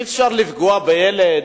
אי-אפשר לפגוע בילד,